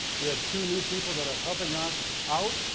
we have two new people that are helping us out,